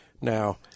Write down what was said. Now